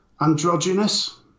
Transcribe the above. androgynous